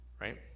right